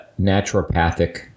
naturopathic